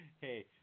Hey